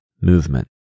movement